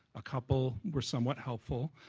a couple were somewhat helpful,